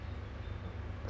oh okay